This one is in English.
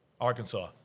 Arkansas